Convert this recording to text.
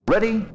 Ready